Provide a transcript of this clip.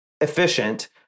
efficient